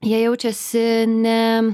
jie jaučiasi ne